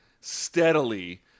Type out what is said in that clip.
steadily